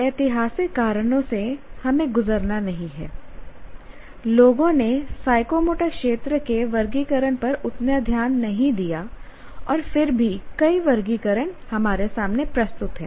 कुछ ऐतिहासिक कारणों से हमें गुजरना नहीं है लोगों ने साइकोमोटर क्षेत्र के वर्गीकरण पर उतना ध्यान नहीं दिया और फिर भी कई वर्गीकरण हमारे सामने प्रस्तुत हैं